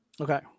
okay